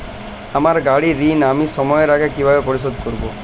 আমার গাড়ির ঋণ আমি সময়ের আগে কিভাবে পরিশোধ করবো?